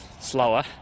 slower